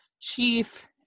Chief